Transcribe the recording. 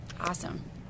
awesome